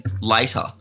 later